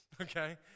okay